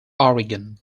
oregon